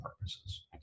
purposes